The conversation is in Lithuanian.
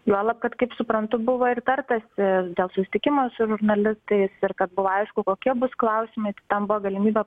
juolab kad kaip suprantu buvo ir tartasi dėl susitikimo su žurnalistais ir kad buvo aišku kokie bus klausimai tai ten buvo galimybė